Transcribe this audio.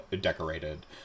decorated